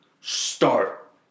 Start